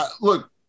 look